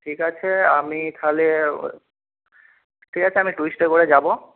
ঠিক আছে আমি তাহলে ঠিক আছে আমি টিউসডে করে যাব